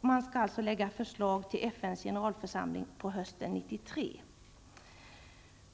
Man skall alltså lägga fram förslag inför FNs generalförsamling hösten 1993.